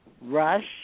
Rush